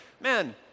man